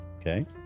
Okay